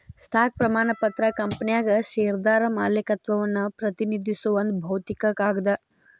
stock ಪ್ರಮಾಣ ಪತ್ರ ಕಂಪನ್ಯಾಗ ಷೇರ್ದಾರ ಮಾಲೇಕತ್ವವನ್ನ ಪ್ರತಿನಿಧಿಸೋ ಒಂದ್ ಭೌತಿಕ ಕಾಗದ